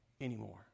anymore